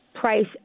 price